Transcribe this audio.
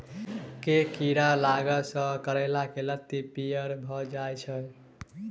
केँ कीड़ा लागै सऽ करैला केँ लत्ती पीयर भऽ जाय छै?